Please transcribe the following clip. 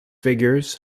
figures